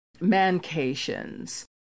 mancations